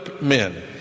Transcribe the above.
men